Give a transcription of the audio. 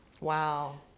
Wow